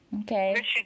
Okay